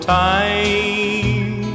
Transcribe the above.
time